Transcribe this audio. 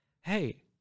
Hey